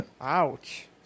Ouch